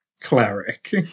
cleric